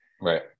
Right